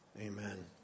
amen